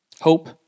hope